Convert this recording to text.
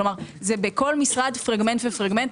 כלומר בכל משרד פרגמנט ופרגמנט.